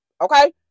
Okay